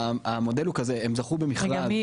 המודל הוא כזה הם זכו במכרז.